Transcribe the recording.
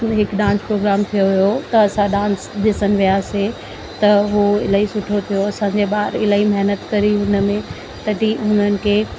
उहो हिकु dance programme थियो हुओ त असां डांस ॾिसण वियासीं त उहो इलाही सुठो थियो असांजे ॿार इलाही महिनत करी हुन में तॾहिं उन्हनि खे